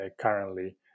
currently